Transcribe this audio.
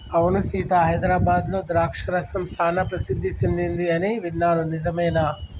అవును సీత హైదరాబాద్లో ద్రాక్ష రసం సానా ప్రసిద్ధి సెదింది అని విన్నాను నిజమేనా